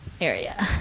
area